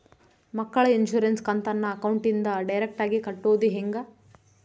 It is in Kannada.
ಮಕ್ಕಳ ಇನ್ಸುರೆನ್ಸ್ ಕಂತನ್ನ ಅಕೌಂಟಿಂದ ಡೈರೆಕ್ಟಾಗಿ ಕಟ್ಟೋದು ಹೆಂಗ?